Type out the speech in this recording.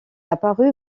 apparu